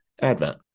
Advent